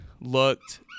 looked